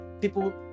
people